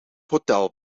hotel